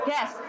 Yes